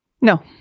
No